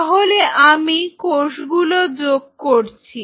তাহলে আমি কোষগুলো যোগ করছি